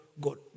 God